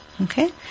Okay